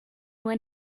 when